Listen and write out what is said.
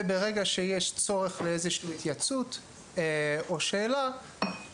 כאשר אם יש צורך באיזו שהיא התייעצות או שאלה,